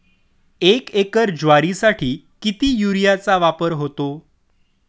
एक एकर ज्वारीसाठी किती युरियाचा वापर होतो?